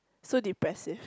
so depressive